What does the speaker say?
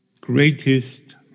greatest